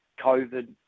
COVID